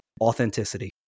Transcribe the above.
authenticity